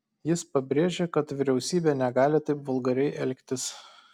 jis pabrėžė kad vyriausybė negali taip vulgariai elgtis